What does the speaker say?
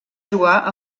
jugar